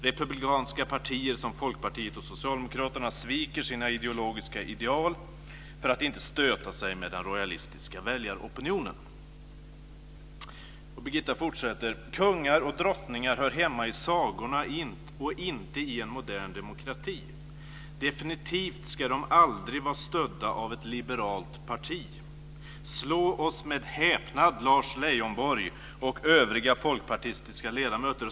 Republikanska partier som liberala folkpartiet och socialdemokraterna sviker sina ideologiska ideal för att inte stöta sig med den rojalistiska väljaropinionen." Och Birgitta fortsätter: "Kungar och drottningar hör hemma i sagorna och inte i en modern demokrati. Definitivt ska de aldrig vara stödda av ett liberalt parti. Slå oss med häpnad, Lars Leijonborg och övriga folkpartistiska riksdagsledamöter.